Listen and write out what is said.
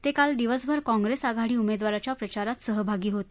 ते काल दिवसभर काँप्रेस आघाडी उमेदवाराच्या प्रचारात सहभागी होते